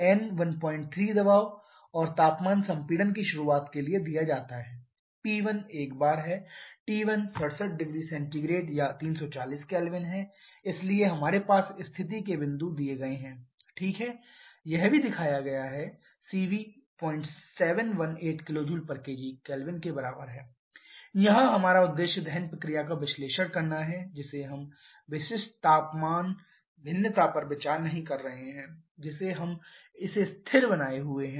तो n 13 दबाव और तापमान संपीड़न की शुरुआत के लिए दिया जाता है P1 1 bar T1 67 0C 340 K इसलिए हमारे पास स्थिति के बिंदु दिए गए हैं ठीक है यह भी दिया गया है cv 0718 kJkgK यहाँ हमारा उद्देश्य दहन प्रक्रिया का विश्लेषण करना है जिसे हम विशिष्ट ताप भिन्नता पर विचार नहीं कर रहे हैं जिसे हम इसे स्थिर बनाए हुए हैं